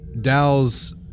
Dow's